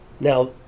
Now